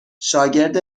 شاگرد